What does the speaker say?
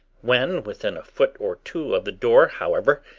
when within a foot or two of the door, however,